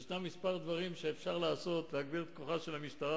יש כמה דברים שאפשר לעשות כדי להגביר את כוחה של המשטרה,